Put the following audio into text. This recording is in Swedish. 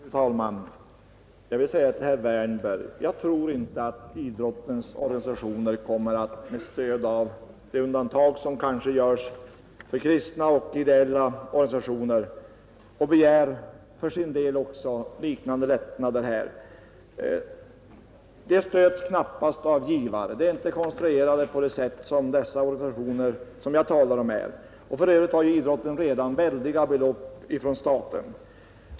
Fru talman! Jag vill säga till herr Wärnberg att jag inte tror att idrottens organisationer, med stöd av ett undantag för kristna och ideella organisationer, för sin del kommer att begära liknande lättnader. Idrottens organisationer stöds knappast av givare, och de är inte konstruerade på samma sätt som de organisationer jag talar om. För Övrigt får ju idrotten redan väldiga belopp från staten.